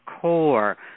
core